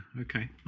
Okay